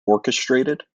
orchestrated